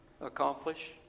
accomplish